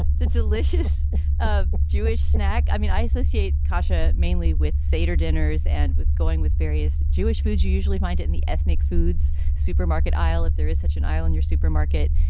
ah the delicious um jewish snack? i mean, isis, you hate kasha mainly with sader dinners and with going with various jewish foods. you usually find it in the ethnic foods supermarket aisle if there is such an aisle and your supermarket.